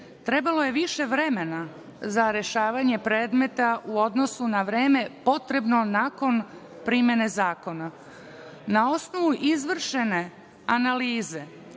trebalo je više vremena za rešavanje predmeta u odnosu na vreme potrebno nakon primene zakona. Na osnovu izvršene analize